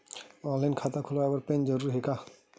Online खाता खुलवाय बर पैन जरूरी हे का?